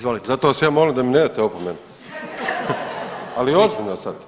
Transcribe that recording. Zato vas ja molim da mi ne date opomenu, ali ozbiljno sad.